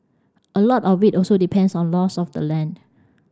a lot of it also depends on laws of the land